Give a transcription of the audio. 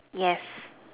yes